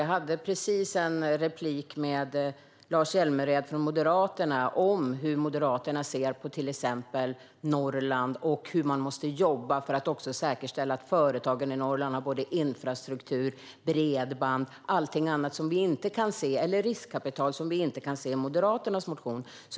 Jag hade nyss ett replikskifte med Moderaternas Lars Hjälmered om hur Moderaterna ser på Norrland och hur vi jobbar för att säkerställa att företagen där har infrastruktur, bredband och riskkapital - sådant vi inte kan se i Moderaternas motion.